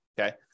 okay